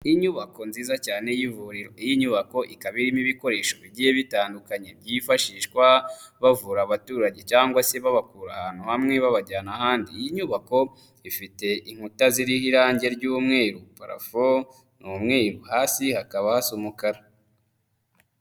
Inyubako nziza cyane y'ivuriro, iyi nyubako ikaba irimo ibikoresho bigiye bitandukanye byifashishwa bavura abaturage cyangwa se babakura ahantu hamwe babajyana ahandi. Iyi nyubako ifite inkuta ziriho irangi ry'umweru. Parafo ni umweru. Hasi hakaba hasa umukara.